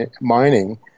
Mining